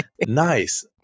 Nice